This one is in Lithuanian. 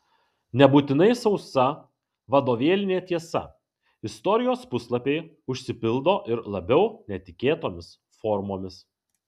nebūtinai sausa vadovėlinė tiesa istorijos puslapiai užsipildo ir labiau netikėtomis formomis